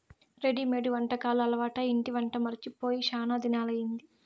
readymade వంటకాలు అలవాటై ఇంటి వంట మరచి పోయి శానా దినాలయ్యింది